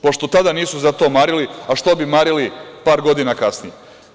Pošto tada nisu za to marili, a što bi marili par godina kasnije?